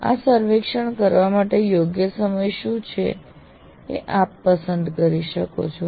આ સર્વેક્ષણ કરવા માટે યોગ્ય સમય શું છે એ આપ પસંદ કરી શકો છો